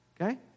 Okay